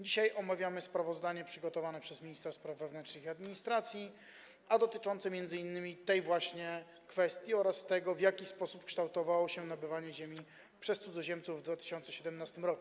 Dzisiaj omawiamy sprawozdanie przygotowane przez ministra spraw wewnętrznych i administracji dotyczące m.in. właśnie tej kwestii oraz tego, w jaki sposób kształtowało się nabywanie ziemi przez cudzoziemców w 2017 r.